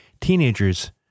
teenagers